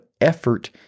effort